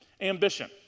Ambition